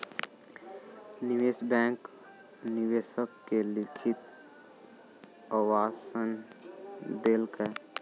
निवेश बैंक निवेशक के लिखित आश्वासन देलकै